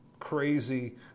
crazy